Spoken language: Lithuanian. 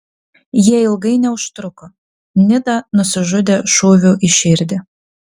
jie ilgai neužtruko nida nusižudė šūviu į širdį